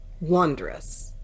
wondrous